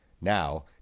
Now